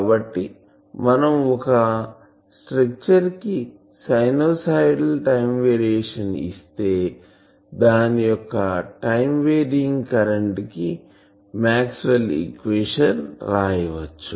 కాబట్టి మనం ఒక స్ట్రక్చర్ కి సైనోసోయిడల్ టైం వేరియేషన్ ఇస్తే దాని యొక్క టైం వేరియింగ్ కరెంటు కి మాక్స్వెల్ ఈక్వేషన్ వ్రాయచ్చు